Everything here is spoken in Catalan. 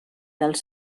dels